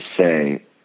say